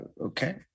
Okay